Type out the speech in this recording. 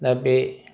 दा बे